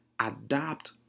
adapt